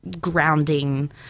grounding